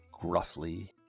gruffly